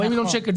40 מיליון שקלים,